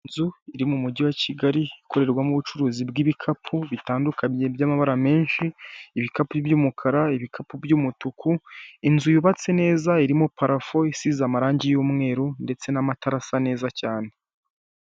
Inzu iri mu mujyi wa Kigali ikorerwamo ubucuruzi bw'ibikapu bitandukanye by'amabara menshi, ibikapu by'umukara, ibikapu by'umutuku, inzu yubatse neza irimo parafo, isize amarangi y'umweru, ndetse n'amatara asa neza cyane.